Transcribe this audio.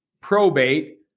probate